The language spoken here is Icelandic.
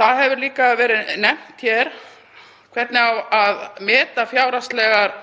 Það hefur líka verið nefnt hér hvernig eigi að meta fjárhagslegar